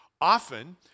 Often